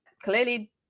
clearly